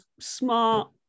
smart